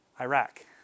Iraq